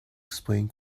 explain